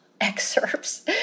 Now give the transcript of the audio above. excerpts